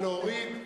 משרד האוצר,